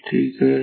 ठीक आहे